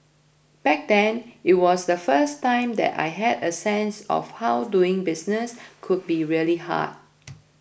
back then it was the first time that I had a sense of how doing business could be really hard